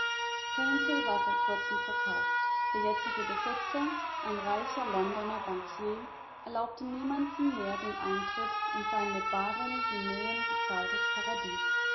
war seit kurzem verkauft der jetzige besitzer ein reicher londoner bankier erlaubte niemandem mehr den eintritt in sein mit baren guineen bezahltes paradies